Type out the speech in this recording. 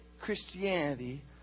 Christianity